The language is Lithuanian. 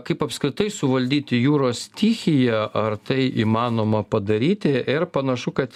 kaip apskritai suvaldyti jūros stichiją ar tai įmanoma padaryti ir panašu kad